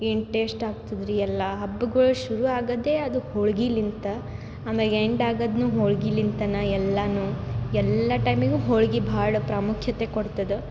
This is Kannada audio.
ಏನು ಟೇಸ್ಟ್ ಆಗ್ತದ ರೀ ಎಲ್ಲ ಹಬ್ಬಗಳ್ ಶುರು ಆಗೋದೆ ಅದು ಹೋಳ್ಗೆಲಿಂದ ಆಮೇಲೆ ಎಂಡ್ ಆಗೋದು ಹೋಳ್ಗೆಲಿಂದ ಎಲ್ಲಾ ಎಲ್ಲ ಟೈಮಿಗೂ ಹೋಳ್ಗೆ ಭಾಳ ಪ್ರಾಮುಖ್ಯತೆ ಕೂಡ್ತದ